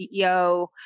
CEO